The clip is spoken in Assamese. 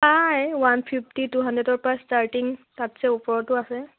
পায় ওৱান ফিফটি টু হাণ্ড্ৰেডৰ পৰা ষ্টাৰ্টিং তাতছে ওপৰতো আছে